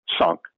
sunk